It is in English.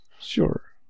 sure